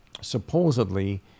supposedly